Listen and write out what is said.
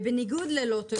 ובניגוד ללוטו,